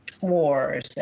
wars